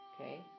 okay